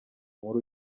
nkuru